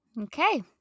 okay